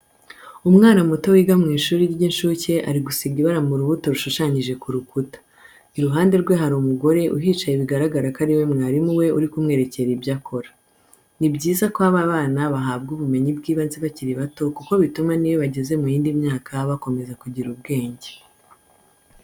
Umwana muto wiga mu ishuri ry'inshuke, ari gusiga ibara mu rubuto rushushanyije ku rukuta. Iruhande rwe hari umugore uhicaye bigaragara ko ari we mwarimu we uri kumwerekera ibyo akora. Ni byiza ko aba bana bahabwa ubumenyi bw'ibanze bakiri bato kuko bituma n'iyo bageze mu yindi myaka bakomeza kugira ubwenge.